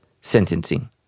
sentencing